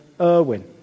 Irwin